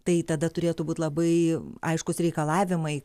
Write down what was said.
tai tada turėtų būt labai aiškūs reikalavimai